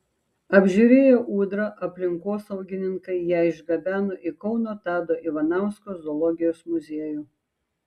apžiūrėję ūdrą aplinkosaugininkai ją išgabeno į kauno tado ivanausko zoologijos muziejų